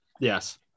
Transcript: Yes